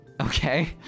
okay